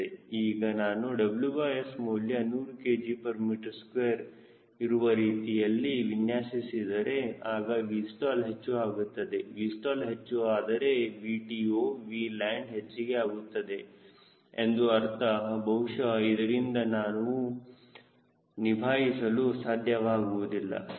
ಈಗ ನಾನು WS ಮೌಲ್ಯ 100 kgm2 ಇರುವ ರೀತಿಯಲ್ಲಿ ವಿನ್ಯಾಸಿಸಿದರೆ ಆಗ Vstall ಹೆಚ್ಚು ಆಗುತ್ತದೆ Vstall ಹೆಚ್ಚು ಆದರೆ VTO Vland ಹೆಚ್ಚಿಗೆ ಆಗುತ್ತದೆ ಎಂದು ಅರ್ಥ ಬಹುಶಹ ಇದರಿಂದ ನಾವು ನಿಭಾಯಿಸಲು ಸಾಧ್ಯವಾಗುವುದಿಲ್ಲ